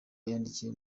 yandikiye